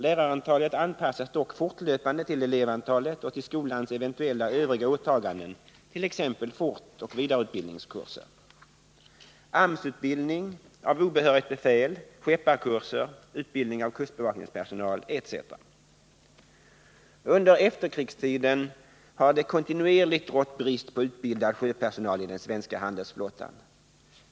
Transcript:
Lärarantalet anpassas dock fortlöpande till elevantalet och till skolans eventuella övriga åtaganden, t.ex. fortoch vidareutbildningskurser, AMS-utbildning av obehörigt befäl, skepparkurser och utbildning av kustbevakningspersonal. Under efterkrigstiden har det kontinuerligt rått brist på utbildad sjöpersonal i den svenska handelsflottan.